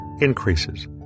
increases